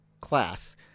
class